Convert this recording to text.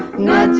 nine